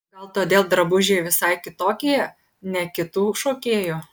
gal todėl drabužiai visai kitokie ne kitų šokėjų